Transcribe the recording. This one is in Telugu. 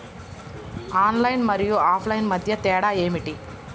ఆన్లైన్ మరియు ఆఫ్లైన్ మధ్య తేడా ఏమిటీ?